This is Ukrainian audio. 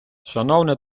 шановне